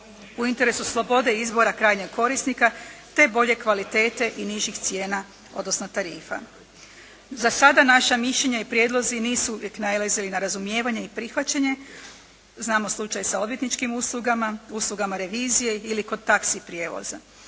u interesu slobode izbora krajnjeg korisnika te bolje kvalitete i nižih cijena odnosno tarifa. Za sada naša mišljenja i prijedlozi nisu uvijek nailazili na razumijevanje i prihvaćanje, znamo slučaj sa odvjetničkim uslugama, uslugama revizije ili kod taksi prijevoza.